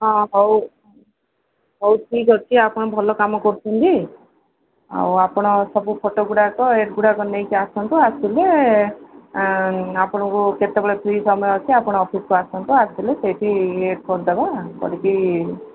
ହଁ ହଉ ହଉ ଠିକ୍ ଅଛି ଆପଣ ଭଲ କାମ କରୁଛନ୍ତି ଆଉ ଆପଣ ସବୁ ଫଟୋଗୁଡ଼ାକ ଆଡ଼୍ ଗୁଡ଼ାକ ନେଇକି ଆସନ୍ତୁ ଆସିଲେ ଆପଣଙ୍କୁ କେତେବେଳେ ଫ୍ରି ସମୟ ଅଛି ଆପଣ ଅଫିସ୍କୁ ଆସନ୍ତୁ ଆସିଲେ ସେଇଠି ଇଏ କରିଦେବା କରିକି